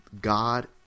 God